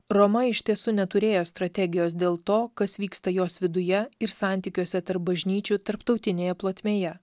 roma iš tiesų neturėjo strategijos dėl to kas vyksta jos viduje ir santykiuose tarp bažnyčių tarptautinėje plotmėje